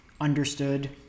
understood